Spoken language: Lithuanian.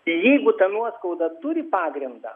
jeigu ta nuoskauda turi pagrindą